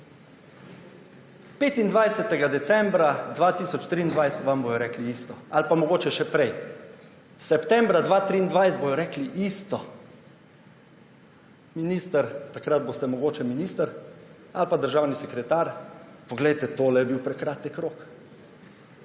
25. decembra 2023 vam bodo rekli isto. Ali pa mogoče še prej. Septembra 2023 bodo rekli isto: »Minister,« takrat boste mogoče minister ali državni sekretar, »poglejte, tole je bil prekratek rok.